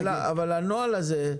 אבל הנוהל הזה,